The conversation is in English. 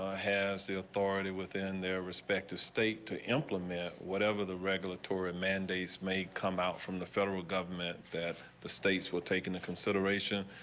ah has the authority within their respective state to implement whatever the regulatory mandates may come out from the federal government that the states will take into consideration,